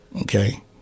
Okay